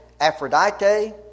Aphrodite